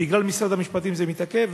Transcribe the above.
בגלל משרד המשפטים זה מתעכב,